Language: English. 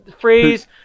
phrase